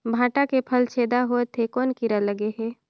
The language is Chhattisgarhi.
भांटा के फल छेदा होत हे कौन कीरा लगे हे?